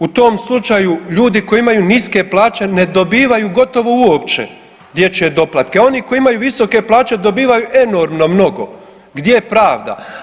U tom slučaju ljudi koji imaju niske plaće ne dobivaju gotovo uopće dječje doplatke, a oni koji imaju visoke plaće dobivaju enormno mnogo, gdje je pravda?